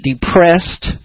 depressed